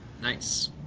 nice